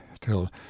till